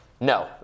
no